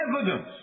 evidence